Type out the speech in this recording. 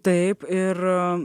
taip ir